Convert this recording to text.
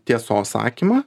tiesos sakymą